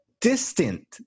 distant